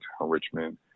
Richmond